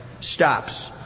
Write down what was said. stops